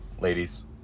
ladies